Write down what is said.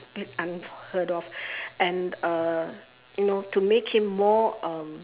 a bit unheard of and uh you know to make him more um